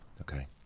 okay